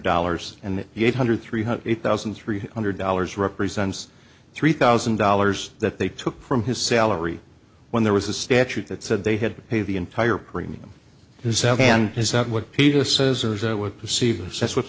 dollars and that the eight hundred three hundred eight thousand three hundred dollars represents three thousand dollars that they took from his salary when there was a statute that said they had to pay the entire premium itself is that what